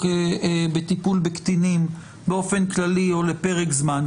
בטיפול בקטינים באופן כללי או לפרק זמן.